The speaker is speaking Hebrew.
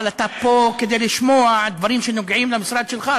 אבל אתה פה כדי לשמוע דברים שנוגעים למשרד שלך.